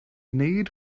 need